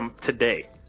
today